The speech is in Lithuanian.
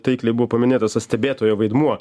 taikliai buvo paminėtas tas stebėtojo vaidmuo